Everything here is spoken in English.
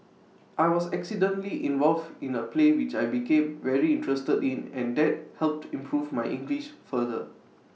I was accidentally involved in A play which I became very interested in and that helped improve my English further